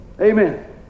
Amen